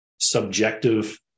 subjective